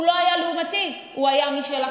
הוא לא היה לעומתי, הוא היה משלכם.